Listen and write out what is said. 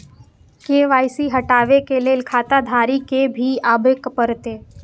KYC हटाबै के लैल खाता धारी के भी आबे परतै?